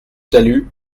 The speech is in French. talus